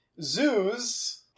Zoos